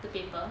the paper